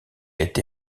été